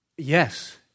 Yes